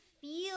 feel